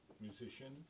musician